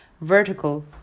Vertical